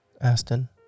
Aston